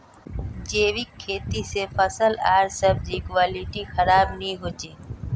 जैविक खेती से फल आर सब्जिर क्वालिटी खराब नहीं हो छे